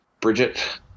Bridget